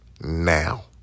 now